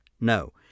No